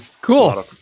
Cool